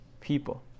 people